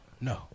No